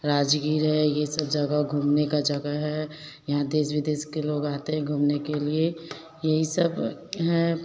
राजगीर है ये सब जगह घूमने का जगह है यहाँ देश विदेश के लोग आते हैं घूमने के लिए यही सब है